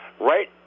right